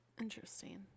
Interesting